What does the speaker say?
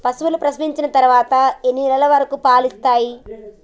పశువులు ప్రసవించిన తర్వాత ఎన్ని నెలల వరకు పాలు ఇస్తాయి?